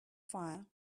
fire